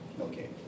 Okay